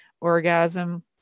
orgasm